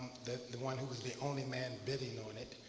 the the one who was the only man bidding on it?